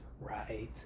right